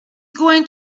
going